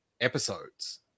episodes